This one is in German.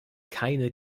keine